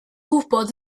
gwybod